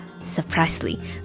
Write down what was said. Surprisingly